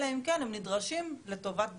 אלא אם כן הם נדרשים לטובת דיור.